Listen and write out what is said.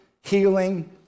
healing